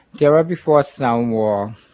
the era before stonewall